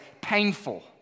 painful